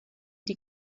die